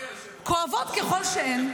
כואבות ככל שהן.